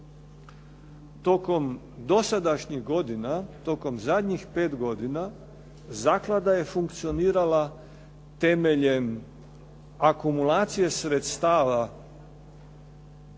Tokom dosadašnjih godina, tokom zadnjih pet godina zaklada je funkcionirala temeljem akumulacije sredstava